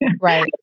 Right